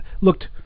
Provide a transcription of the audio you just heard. looked